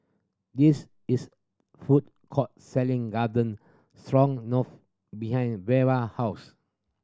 this is food court selling Garden behind Veva house